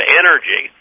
energy